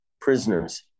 prisoners